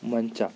ಮಂಚ